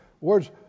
words